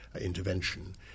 intervention